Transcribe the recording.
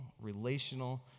relational